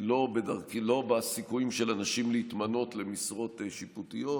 לא בסיכויים של אנשים להתמנות למשרות שיפוטיות,